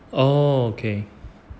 oh okay